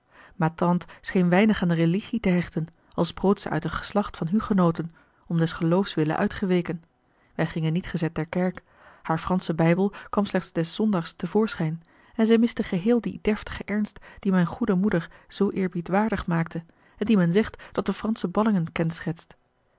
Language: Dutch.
scheen weinig aan de religie te hechten al sproot ze uit een geslacht van hugenoten om des geloofswille uitgeweken wij gingen niet gezet ter kerk haar fransche bijbel kwam slechts des zondags te voorschijn en zij miste geheel dien deftigen ernst die mijne goede moeder zoo eerbiedwaardig maakte en die men zegt dat de fransche ballingen kenschetst